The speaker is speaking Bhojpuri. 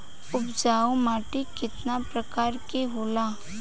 उपजाऊ माटी केतना प्रकार के होला?